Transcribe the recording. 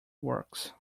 works